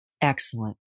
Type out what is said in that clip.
Excellent